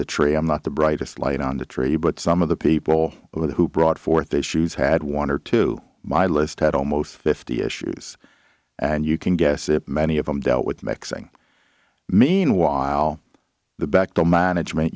the tray i'm not the brightest light on the tray but some of the people who brought forth issues had one or two my list had almost fifty issues and you can guess it many of them dealt with mixing meanwhile the backbone management